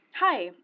Hi